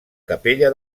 capella